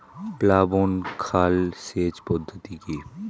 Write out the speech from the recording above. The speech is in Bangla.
প্লাবন খাল সেচ পদ্ধতি কি?